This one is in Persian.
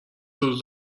روز